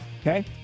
Okay